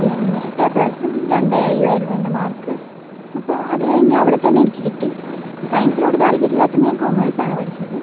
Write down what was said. പിന്നെ എട്ട് എപ്ലസും രണ്ട് ഏയും ആയിരുന്നു എൻ്റെ മാർക്ക് അപ്പം അത് കഴിഞ്ഞ് അവിടെത്തന്നെ എനിക്ക് കിട്ടി സയന്സിനോട് താല്പര്യമില്ലാത്തോണ്ട് ഞാൻ കൊമേഴ്സാണ് പഠിച്ചത്